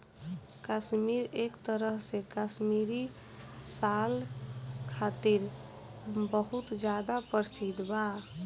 काश्मीर एक तरह से काश्मीरी साल खातिर बहुत ज्यादा प्रसिद्ध बा